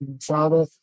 father